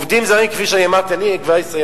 עובדים זרים, כפי שאני אמרתי, אני כבר אסיים,